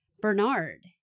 Bernard